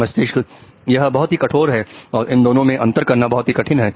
समस्या यह बहुत ही कठोर है और इन दोनों में अंतर करना बहुत ही कठिन है